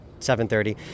7.30